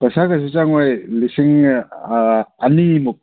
ꯄꯩꯁꯥ ꯀꯩꯁꯨ ꯆꯪꯉꯣꯏ ꯂꯤꯁꯤꯡ ꯑꯅꯤꯃꯨꯛ